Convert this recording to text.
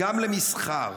גם למסחר,